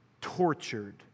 tortured